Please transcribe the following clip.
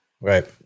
Right